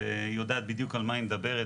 והיא יודעת בדיוק על מה היא מדברת.